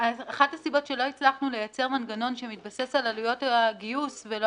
אחת הסיבות שלא הצלחנו לייצר מנגנון שמתבסס על עלויות הגיוס ולא